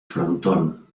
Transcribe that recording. frontón